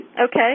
Okay